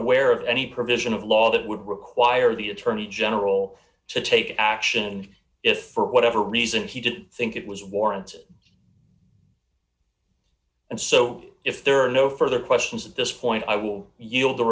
aware of any provision of law that would require the attorney general to take action if for whatever reason he didn't think it was warranted and so if there are no further questions at this point i will yield the